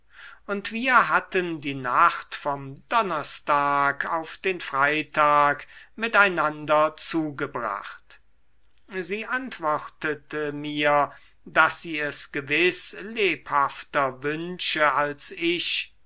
und wir hatten die nacht vom donnerstag auf den freitag miteinander zugebracht sie antwortete mir daß sie es gewiß lebhafter wünsche als ich